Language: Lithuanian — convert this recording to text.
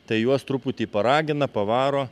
tai juos truputį paragina pavaro